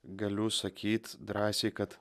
galiu sakyt drąsiai kad